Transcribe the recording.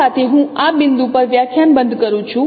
તો આ સાથે હું આ બિંદુ પર આ વ્યાખ્યાન બંધ કરું છું